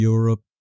Europe